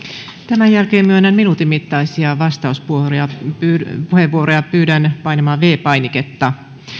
tämän jälkeen myönnän minuutin mittaisia vastauspuheenvuoroja pyydän painamaan viides painiketta